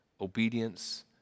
obedience